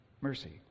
mercy